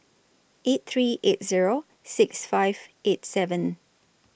eight three eight Zero six five eight seven